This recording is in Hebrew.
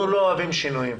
אנחנו לא אוהבים שינויים.